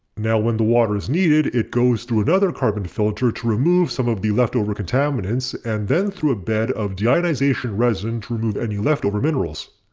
now when the water is needed it goes through another carbon filter to remove some of the leftover contaminants and then through a bed of deionization resin to remove and any leftover minerals.